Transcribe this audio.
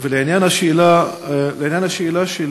ולעניין השאלה שלי,